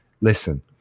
listen